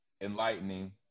enlightening